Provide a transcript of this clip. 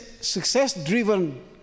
success-driven